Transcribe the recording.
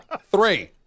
Three